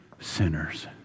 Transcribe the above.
sinners